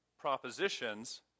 propositions